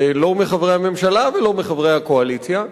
לא מחברי הממשלה ולא מחברי הקואליציה,